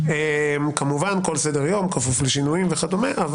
כמובן כל סדר-יום כפוף לשינויים וכדומה,